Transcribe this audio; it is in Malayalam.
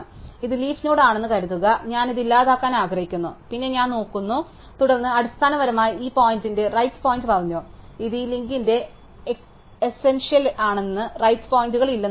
ഇത് ലീഫ് നോഡ് ആണെന്ന് കരുതുക ഞാൻ ഇത് ഇല്ലാതാക്കാൻ ആഗ്രഹിക്കുന്നു പിന്നെ ഞാൻ നോക്കുന്നു തുടർന്ന് ഞാൻ അടിസ്ഥാനപരമായി ഈ പോയിന്റിന്റെ റൈറ് പോയിന്റർ പറഞ്ഞു ഇത് ഈ ലിങ്കിന്റെ എസെൻഷ്യൽ ആണെന്ന് റൈറ് പോയിന്ററുകൾ ഇല്ലെന്ന് പറയുന്നു